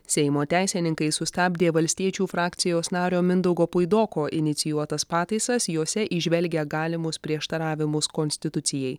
seimo teisininkai sustabdė valstiečių frakcijos nario mindaugo puidoko inicijuotas pataisas jose įžvelgia galimus prieštaravimus konstitucijai